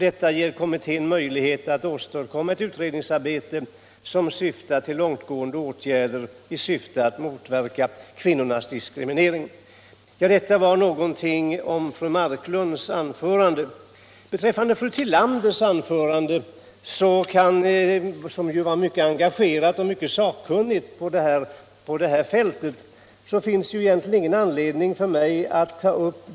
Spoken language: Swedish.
Detta ger kommittén möjlighet att åstadkomma ett utredningsarbete som syftar till långtgående åtgärder för att motverka kvinnornas diskriminering. Detta var något om fru Marklunds anförande. Fru Tillanders anförande - som var myvcket engagerat och sakkunnigt - finns det egentligen ingen anledning för mig att ta upp.